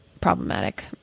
problematic